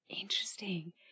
Interesting